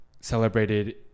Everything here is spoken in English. celebrated